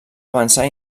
avançar